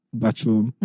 bathroom